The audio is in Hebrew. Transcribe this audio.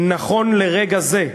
נכון לרגע זה,